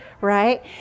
right